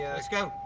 let's go.